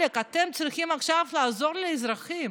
עלק, אתם צריכים עכשיו לעזור לאזרחים.